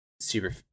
super